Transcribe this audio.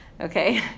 okay